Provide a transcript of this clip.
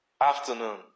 afternoon